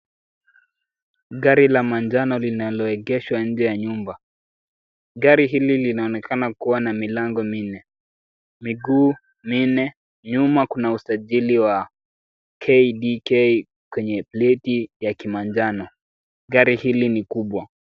Gari la manjano linaloegeshwa nje ya nyumba. Gari hili linaonekana kuwa na milango minne, miguu minne, nyuma kuna usajili wa KDK kwenye pleti ya kimanjano. Gari hili ni kubwa.